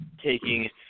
taking